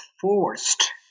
forced